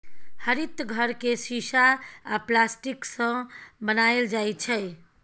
हरित घर केँ शीशा आ प्लास्टिकसँ बनाएल जाइ छै